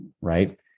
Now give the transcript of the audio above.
right